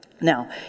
Now